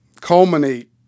culminate